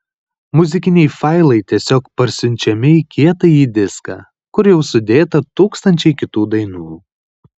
muzikiniai failai tiesiog parsiunčiami į kietąjį diską kur jau sudėta tūkstančiai kitų dainų